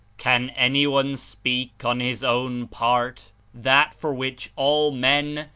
can any one speak on his own part that for which all men,